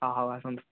ହଁ ହଉ ଆସନ୍ତୁ